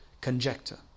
conjecture